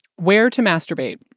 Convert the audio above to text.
where to masturbate?